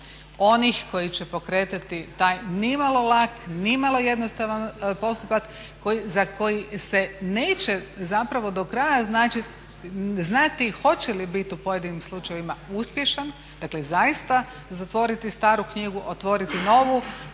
onih koji će pokretati taj ni malo lak, ni malo jednostavan postupak za koji se neće zapravo do kraja znati hoće li biti u pojedinim slučajevima uspješan. Dakle, zaista zatvoriti staru knjigu, otvoriti novu,